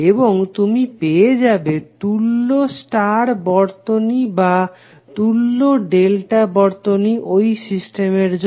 এবং তুমি পেয়ে যাবে তুল্য স্টার বর্তনী বা তুল্য ডেল্টা বর্তনী ঐ সিস্টেমের জন্য